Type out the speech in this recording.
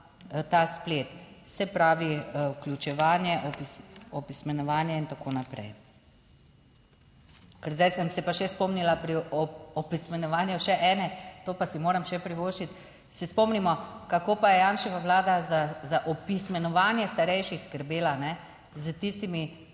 ta splet, se pravi vključevanje, opismenjevanje in tako naprej. Ker zdaj sem se pa še spomnila pri opismenjevanju še ene, to pa si moram še privoščiti, se spomnimo, kako pa je Janševa vlada za opismenjevanje starejših skrbela s tistimi,